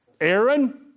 Aaron